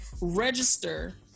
register